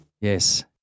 Yes